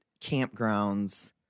campgrounds